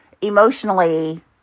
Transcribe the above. emotionally